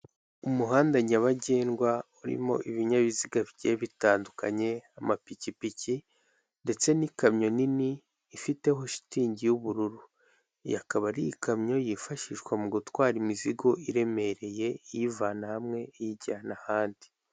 Umuhanda nyabagendwa urimo ibinyabiziga bigiye bitandukanye, amapikipiki ndetse n'ikamyo nini ifiteho shitingi y'ubururu, ikaba ari ikamyo yifashishwa mu gutwara imizigo iremereye iyivana hamwe iyijyana ahandi.